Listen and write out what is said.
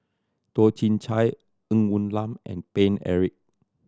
Toh Chin Chye Ng Woon Lam and Paine Eric